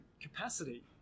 capacity